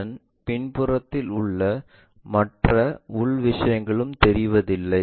அதன் பின்புறத்தில் உள்ள மற்ற உள் விஷயங்கள் தெரிவதில்லை